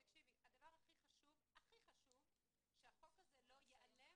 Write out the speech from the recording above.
הדבר הכי חשוב שהחוק הזה לא ייעלם